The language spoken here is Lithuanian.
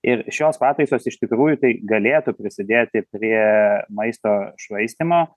ir šios pataisos iš tikrųjų tai galėtų prisidėti prie maisto švaistymo